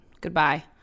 goodbye